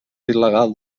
il·legal